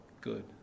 good